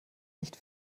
nicht